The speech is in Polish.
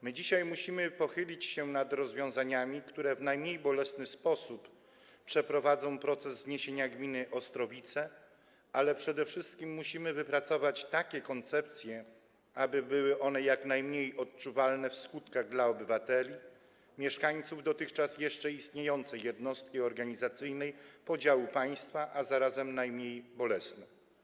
My dzisiaj musimy pochylić się nad rozwiązaniami, które pozwolą na przeprowadzenie w najmniej bolesny sposób procesu zniesienia gminy Ostrowice, ale przede wszystkim musimy wypracować takie koncepcje, aby były one jak najmniej odczuwalne w skutkach dla obywateli, mieszkańców dotychczas jeszcze istniejącej jednostki organizacyjnej podziału państwa, a zarazem najmniej bolesne.